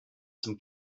zum